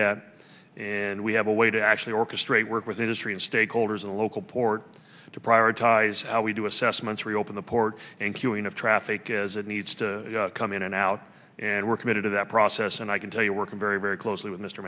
that and we have a way to actually orchestrate work with a history of stakeholders in local port to prioritize we do assessments reopen the port and cueing of traffic as it needs to come in and out and we're committed to that process and i can tell you working very very closely with mr